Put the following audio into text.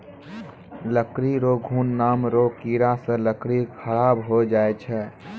लकड़ी रो घुन नाम रो कीड़ा से लकड़ी खराब होय जाय छै